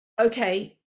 okay